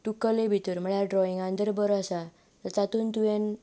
तूं कले भितर म्हणल्यार ड्रॉइंगांत तूं बरो आसा तर तांतूंत तुवें